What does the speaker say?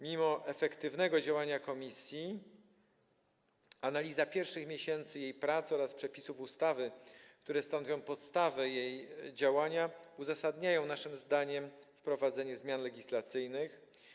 Mimo efektywnego działania komisji analiza pierwszych miesięcy jej pracy oraz przepisów ustawy, które stanowią podstawę jej działania, uzasadniają naszym zdaniem wprowadzenie zmian legislacyjnych.